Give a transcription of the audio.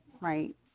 right